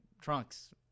trunks